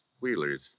Wheeler's